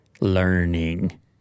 learning